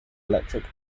electric